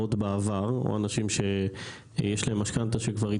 משכנתאות בעבר או אנשים שיש להם משכנתה שכבר היא